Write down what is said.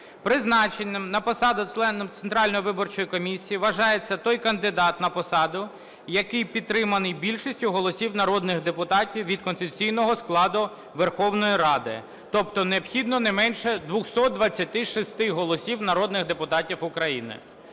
Призначеним на посаду члена Центральної виборчої комісії вважається той кандидат на посаду, який підтриманий більшістю голосів народних депутатів від конституційного складу Верховної Ради, тобто необхідно не менше 226 голосів народних депутатів України.